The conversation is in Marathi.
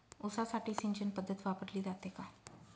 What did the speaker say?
ऊसासाठी सिंचन पद्धत वापरली जाते का?